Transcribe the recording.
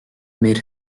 made